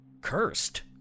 cursed